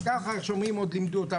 אז ככה עוד לימדו אותם,